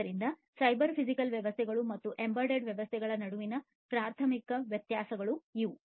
ಆದ್ದರಿಂದ ಇವು cyber physical ವ್ಯವಸ್ಥೆಗಳು ಮತ್ತು ಎಂಬೆಡೆಡ್ ವ್ಯವಸ್ಥೆಗಳ ನಡುವಿನ ಪ್ರಾಥಮಿಕ ವ್ಯತ್ಯಾಸಗಳು ಆಗಿವೆ